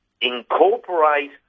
incorporate